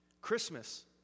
Christmas